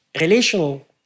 relational